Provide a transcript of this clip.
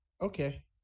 Okay